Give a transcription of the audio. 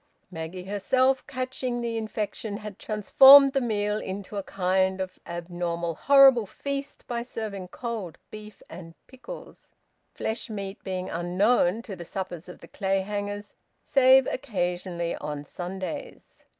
maggie herself, catching the infection, had transformed the meal into a kind of abnormal horrible feast by serving cold beef and pickles flesh-meat being unknown to the suppers of the clayhangers save occasionally on sundays.